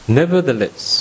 nevertheless